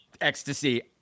ecstasy